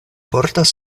portas